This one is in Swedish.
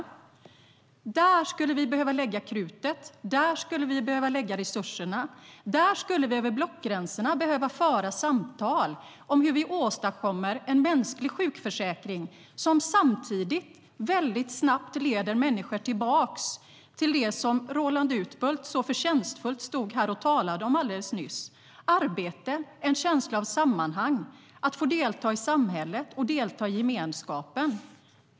Där skulle vi behöva lägga krutet. Där skulle vi behöva lägga resurserna. Där skulle vi över blockgränsen behöva föra samtal om hur vi åstadkommer en mänsklig sjukförsäkring som samtidigt snabbt leder människor tillbaka till det som Roland Utbult så förtjänstfullt stod här och talade om alldeles nyss: arbete, en känsla av sammanhang, att få delta i samhället och i gemenskapen.